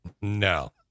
No